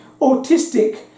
autistic